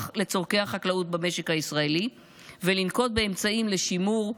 לצורכי החקלאות במשק הישראלי ולנקוט אמצעים לשימור,